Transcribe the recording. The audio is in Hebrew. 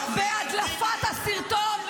תודה.